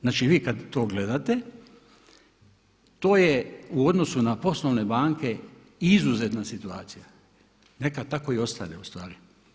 Znači vi kad to gledate to je u odnosu na poslovne banke izuzetna situacija neka tako i ostane ustvari.